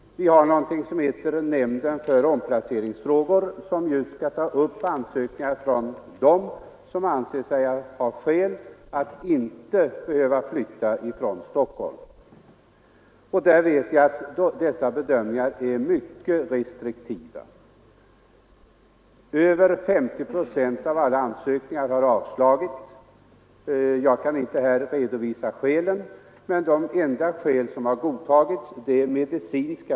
Det finns något som heter nämnden för omplaceringsfrågor, och den skall ta hand om ansökningar från dem som anser sig ha skäl att inte flytta från Stockholm. Och nämndens bedömningar i det sammanhanget är mycket restriktiva. Över 50 procent av alla ansökningar har avslagits. Jag kan inte nu redovisa skälen härför, men de enda skäl som har godtagits för att inte flytta är de medicinska.